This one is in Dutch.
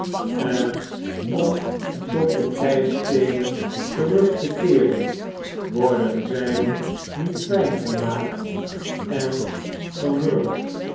en om tot de keisteenen terug te keeren worden zy niet fijn gemaakt en